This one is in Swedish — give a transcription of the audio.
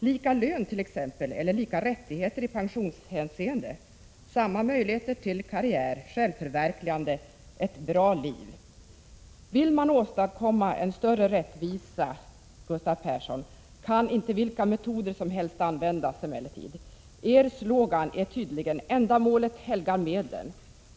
Det kan gälla t.ex. lika lön eller lika rättigheter i pensionshänseende liksom samma möjligheter till karriär, självförverkligande, ett bra liv. Vill man åstadkomma en större rättvisa, Gustav Persson, kan man emellertid inte använda vilka metoder som helst. Er slogan är tydligen: Ändamålet helgar medlen.